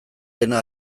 dena